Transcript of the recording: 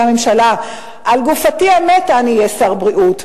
הממשלה: "על גופתי המתה אני אהיה שר בריאות",